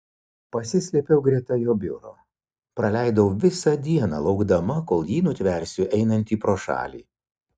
pasislėpiau greta jo biuro praleidau visą dieną laukdama kol jį nutversiu einantį pro šalį